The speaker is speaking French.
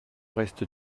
reste